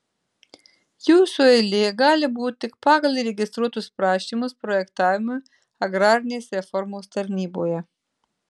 jūsų eilė gali būti tik pagal įregistruotus prašymus projektavimui agrarinės reformos tarnyboje